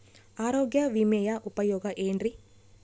ಆರೋಗ್ಯ ವಿಮೆಯ ಉಪಯೋಗ ಏನ್ರೀ?